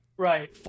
Right